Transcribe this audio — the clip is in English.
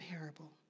parable